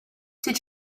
did